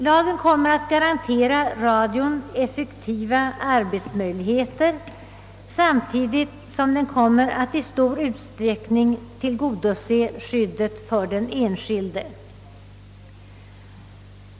Lagen kommer vidare att garantera radion effektiva arbetsmöjligheter samtidigt som den i stor utsträckning kommer att tillgodose skyddet för den enskilde.